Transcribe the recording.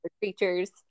creatures